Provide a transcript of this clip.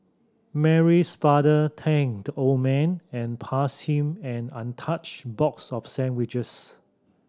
Mary's father thanked the old man and passed him an untouched box of sandwiches